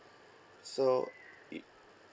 so it